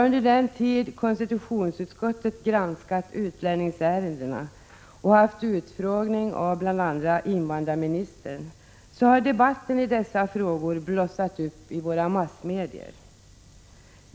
Under den tid konstitutionsutskottet granskat utlänningsärendena och haft utfrågning av bl.a. invandrarministern har debatten blossat upp i våra massmedier.